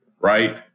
Right